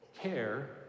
care